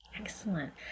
excellent